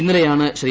ഇന്നലെയാണ് ശ്രീ